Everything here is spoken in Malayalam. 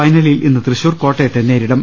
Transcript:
ഫൈനലിൽ ഇന്ന് തൃശൂർ കോട്ടയത്തെ നേരിടും